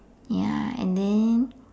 ya and then